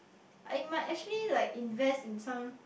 I might actually like invest in some